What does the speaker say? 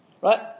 right